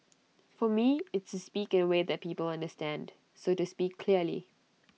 for me it's to speak in A way that people understand so to speak clearly